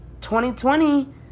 2020